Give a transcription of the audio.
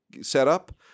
setup